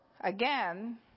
again